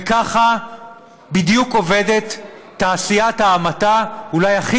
וככה בדיוק עובדת תעשיית ההמתה אולי הכי